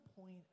point